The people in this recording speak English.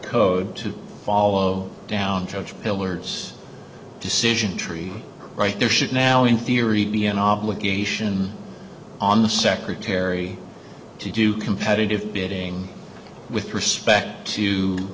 code to follow down judge pillars decision tree right there should now in theory be an obligation on the secretary to do competitive bidding with respect to